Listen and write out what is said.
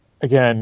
again